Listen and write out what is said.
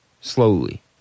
slowly